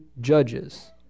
judges